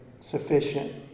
sufficient